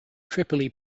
tripoli